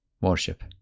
worship